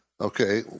okay